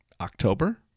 October